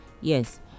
yes